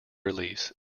release